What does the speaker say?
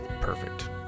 perfect